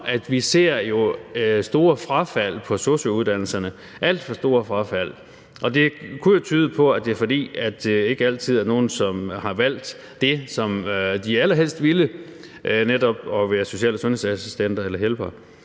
vi ser store frafald på sosu-uddannelserne, alt for store frafald, og det kunne jo tyde på, at det er, fordi det ikke altid er nogen, som har valgt det, som de allerhelst ville, altså netop at være social- og sundhedsassistenter eller -hjælpere.